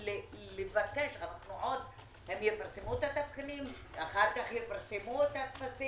הם יפרסמו את התבחינים, אחר כך יפרסמו את הטפסים.